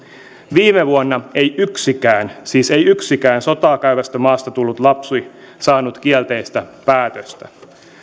viime vuonna ei yksikään siis ei yksikään sotaa käyvästä maasta tullut lapsi saanut kielteistä päätöstä